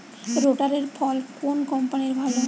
রোটারের ফল কোন কম্পানির ভালো?